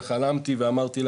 וחלמתי ואמרתי,